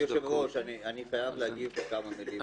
כבוד היושב-ראש, אני חייב להגיד כמה מילים.